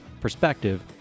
perspective